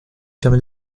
permet